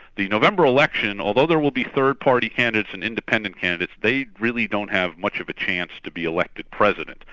the november election, although there will be third party candidates and independent candidates, they really don't have much of a chance to be elected president.